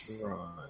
Right